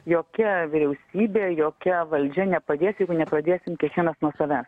jokia vyriausybė jokia valdžia nepadės jeigu nepradėsim kiekvienas nuo savęs